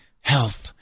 health